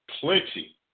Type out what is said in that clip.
plenty